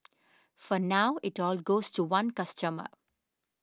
for now it all goes to one customer